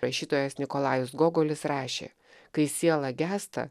rašytojas nikolajus gogolis rašė kai siela gęsta